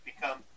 become